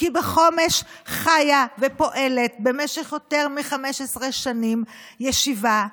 כי בחומש חיה ופועלת במשך יותר מ-15 שנים ישיבה,